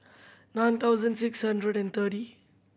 nine thousand six hundred and thirty